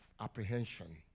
apprehension